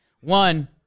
One